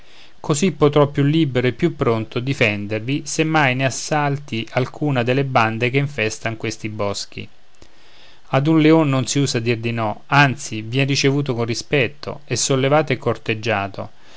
così potrò più libero e più pronto difendervi se mai ne assalti alcuna delle bande che infestan questi boschi ad un leon non si usa dir di no anzi vien ricevuto con rispetto e sollevato e corteggiato